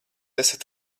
esat